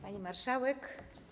Pani Marszałek!